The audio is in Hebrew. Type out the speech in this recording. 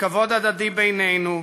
לכבוד הדדי בינינו,